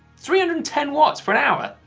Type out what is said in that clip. three hundred and ten watts for an hour!